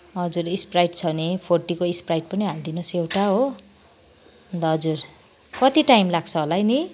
हजुर स्प्राइट छ भने फोर्टीको स्प्राइट पनि हालिदिनुहोस् एउटा हो अन्त हजुर कति टाइम लाग्छ होला है नि